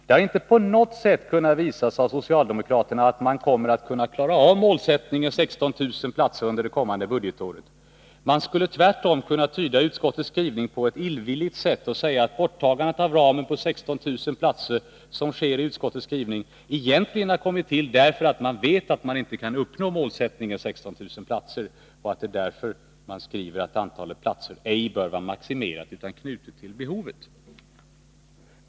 Det har inte på något sätt kunnat visas av socialdemokraterna att man kommer att kunna klara av målsättningen 16 000 platser under det kommande budgetåret. Man skulle tvärtom kunna tyda utskottets skrivning på ett illvilligt sätt och säga att borttagandet av ramen på 16 000 platser, som föreslås i utskottets skrivning, egentligen har kommit till därför att man vet att man inte kan uppnå målsättningen 16 000 platser och att det är därför man skriver att antalet platser ej bör vara maximerat utan knutet till behovet.